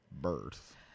birth